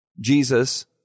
Jesus